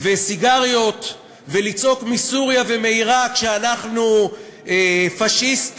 וסיגריות ולצעוק מסוריה ומעיראק שאנחנו פאשיסטים,